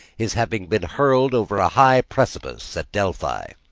his having been hurled over a high precipice at delphi.